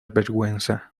vergüenza